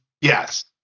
Yes